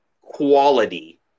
quality